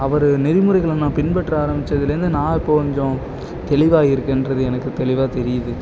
அவர் நெறிமுறைகளை நான் பின்பற்ற ஆரம்பிச்சதுலேருந்து நான் கொஞ்சோம் தெளிவா இருக்கேன்றது எனக்கு தெளிவாக தெரியுது